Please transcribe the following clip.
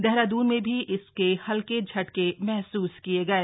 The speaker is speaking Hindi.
देहरादून में भी इसके हल्के झटके महसूस किये गए